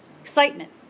Excitement